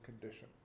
condition